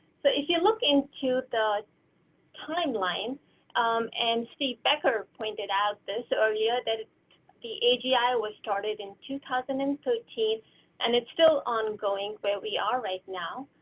so if you look into the timeline and steve becker pointed out this earlier yeah that the agi was started in two thousand and thirteen and it's still ongoing, where we are right now.